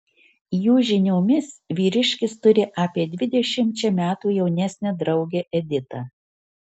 jų žiniomis vyriškis turi apie dvidešimčia metų jaunesnę draugę editą